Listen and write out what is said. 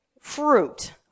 fruit